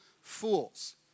fools